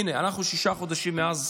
הינה, אנחנו שישה חודשים מאז